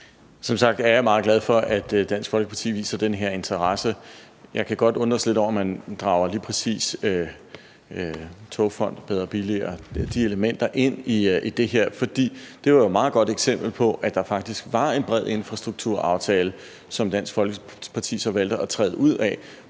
Som sagt er jeg meget glad for, at Dansk Folkeparti viser den her interesse. Jeg kan godt undres lidt over, at man lige præcis drager Togfonden DK og »Bedre og billigere« og de elementer ind i det her. For det var jo et meget godt eksempel på, at der faktisk var en bred infrastrukturaftale, som Dansk Folkeparti så valgte at træde ud af